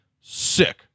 sick